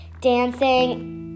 dancing